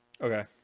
Okay